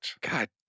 God